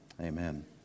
amen